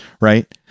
right